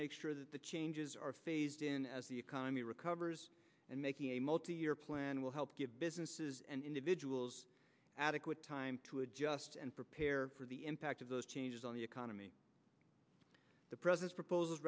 make sure that the changes are phased in as the economy recovers and making a multi year plan will help give businesses and individuals adequate time to adjust and prepare for the impact of those changes on the economy the president's propos